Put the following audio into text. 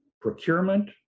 procurement